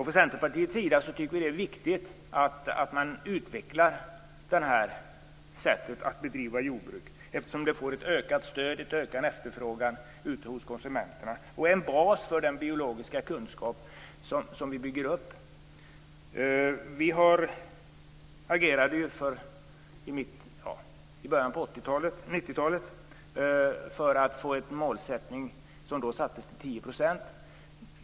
Från Centerpartiets sida tycker vi det är viktigt att man utvecklar det sättet att bedriva jordbruk, eftersom det får ett ökat stöd och en ökad efterfrågan hos konsumenterna. Det är en bas för den biologiska kunskap som vi bygger upp. Vi agerade i början på 90 talet för att få en målsättning för ekologisk odling, och målet sattes då till 10 %.